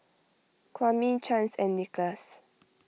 Kwame Chance and Nicholas